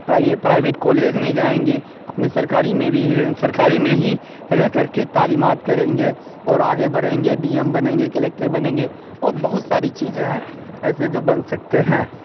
پرائیو private college نہیں جائیں گے اپنے سرکاری میں بھی سرکاری میں ہی رہ کر کے تعلیمات کریں گے اور آگے بڑھیں گے ڈی ایم بنیں گے کلکٹر بنیں گے اور بہت ساری چیزیں ہیں ایسے جو بن سکتے ہیں